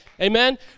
Amen